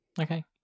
Okay